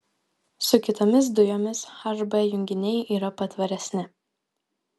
su kitomis dujomis hb junginiai yra patvaresni